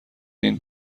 این